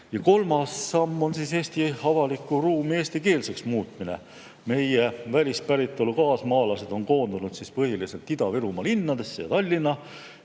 Ja kolmas samm on Eesti avaliku ruumi eestikeelseks muutmine. Meie välispäritolu kaasmaalased on koondunud põhiliselt Ida-Virumaa linnadesse ja Tallinna.